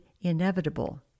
inevitable